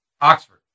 Oxford